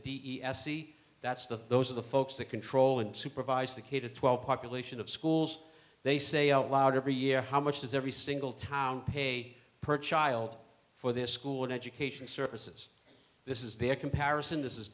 d e s c that's the those are the folks that control and supervise the k to twelve population of schools they say out loud every year how much does every single town pay per child for this school and education services this is their comparison this is